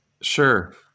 Sure